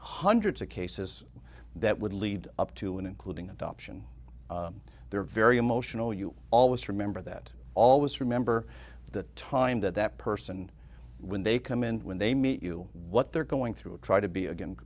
hundreds of cases that would lead up to and including adoption they're very emotional you always remember that always remember the time that that person when they come in when they may you what they're going through try to be again